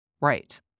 Right